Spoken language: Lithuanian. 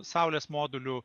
saulės modulių